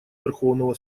верховного